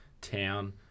town